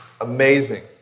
Amazing